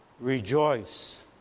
Rejoice